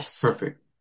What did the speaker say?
perfect